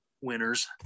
winners